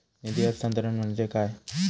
निधी हस्तांतरण म्हणजे काय?